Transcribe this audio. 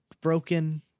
broken